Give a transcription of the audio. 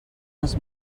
els